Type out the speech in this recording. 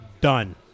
done